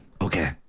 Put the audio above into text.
okay